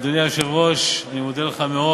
אדוני היושב-ראש, אני מודה לך מאוד.